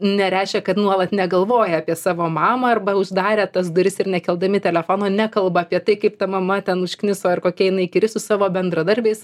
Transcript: nereiškia kad nuolat negalvoja apie savo mamą arba užsidarę tas duris ir nekeldami telefono nekalba apie tai kaip ta mama ten užkniso ir kokia jinai įkyri su savo bendradarbiais